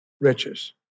riches